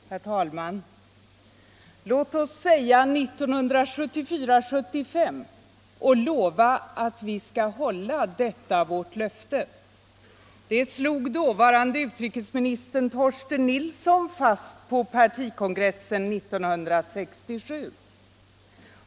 Herr talman! ”Låt oss säga 1974/75 och lova att vi skall hålla detta vårt löfte”, slog dåvarande utrikesminister Torsten Nilsson fast på partikongressen 1967.